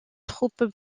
troupes